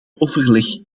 overleg